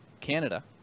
Canada